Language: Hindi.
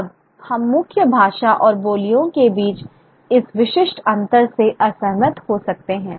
अब हम मुख्य भाषा और बोलियों के बीच इस विशिष्ट अंतर से असहमत हो सकते हैं